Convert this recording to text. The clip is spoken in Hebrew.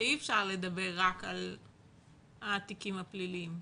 שאי אפשר לדבר רק על התיקים הפליליים.